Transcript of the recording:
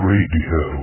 Radio